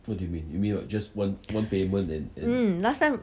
mm last time